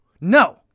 No